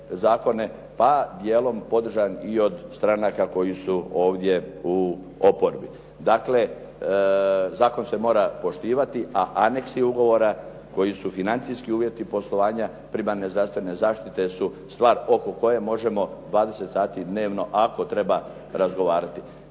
a dijelom podržan i od stranaka koji su ovdje u oporbi. Dakle, zakon se mora poštivati, a anexi ugovora koji su financijski uvjeti poslovanja primarne zdravstvene zaštite su stvar oko koje možemo 20 sati dnevno ako treba razgovarati.